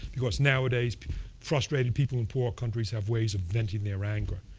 because nowadays frustrated people in poor countries have ways of venting their anger,